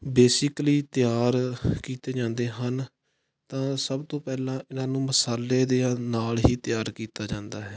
basically ਤਿਆਰ ਕੀਤੇ ਜਾਂਦੇ ਹਨ ਤਾਂ ਸਭ ਤੋਂ ਪਹਿਲਾਂ ਇਹਨਾਂ ਨੂੰ ਮਸਾਲੇ ਦਿਆ ਨਾਲ ਹੀ ਤਿਆਰ ਕੀਤਾ ਜਾਂਦਾ ਹੈ